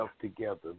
together